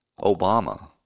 Obama